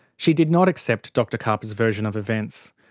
she did not accept dr karpa's version of events.